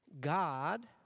God